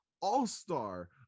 all-star